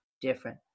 different